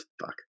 Fuck